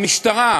המשטרה אמרה,